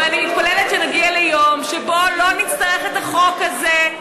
ואני מתפללת שנגיע ליום שבו לא נצטרך את החוק הזה,